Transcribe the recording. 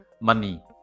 money